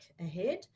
ahead